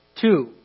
Two